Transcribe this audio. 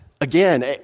again